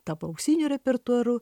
tapo auksiniu repertuaru